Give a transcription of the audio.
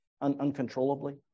uncontrollably